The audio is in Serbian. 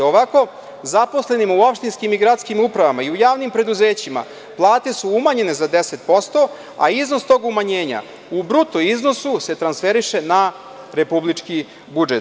Ovo zaposlenima u opštinskim i gradskim upravama i u javnim preduzećima plate su umanjene za 10%, a iznos tog umanjenja u bruto iznosu se transferiše na republički budžet.